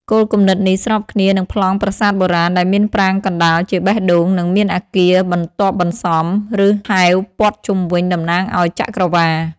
គោលគំនិតនេះស្របគ្នានឹងប្លង់ប្រាសាទបុរាណ ដែលមានប្រាង្គកណ្តាលជាបេះដូង និងមានអគារបន្ទាប់បន្សំ រឺថែវព័ទ្ធជុំវិញ តំណាងឲ្យចក្រវាឡ។